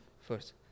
first